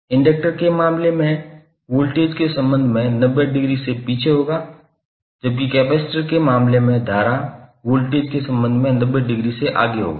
inductor के मामले में वोल्टेज के संबंध में 90 डिग्री से पीछे होगा जबकि कपैसिटर के मामले में धारा वोल्टेज के संबंध में 90 डिग्री से आगे होगा